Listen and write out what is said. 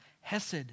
hesed